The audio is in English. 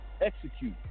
execute